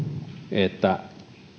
että